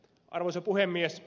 arvoisa puhemies